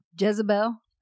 Jezebel